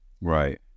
Right